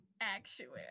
actuary